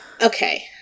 okay